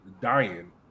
dying